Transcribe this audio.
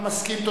אתה מסכים?